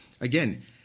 again